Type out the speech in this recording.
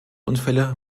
unfälle